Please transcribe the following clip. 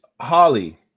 holly